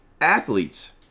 Athletes